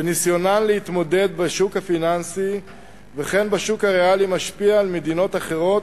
וניסיונן להתמודד בשוק הפיננסי וכן בשוק הריאלי משפיע על מדינות אחרות,